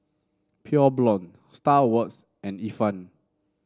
Pure Blonde Star Awards and Ifan